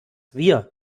wir